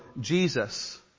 Jesus